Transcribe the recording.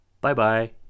bye-bye